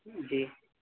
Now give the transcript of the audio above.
جی